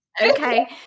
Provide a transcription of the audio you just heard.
Okay